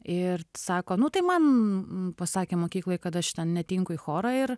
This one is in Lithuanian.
ir sako nu tai man pasakė mokykloj kad aš šita netinku į chorą ir